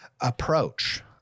approach